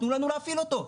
תנו לנו להפעיל אותו,